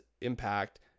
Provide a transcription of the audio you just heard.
impact